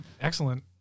excellent